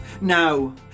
Now